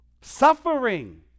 Suffering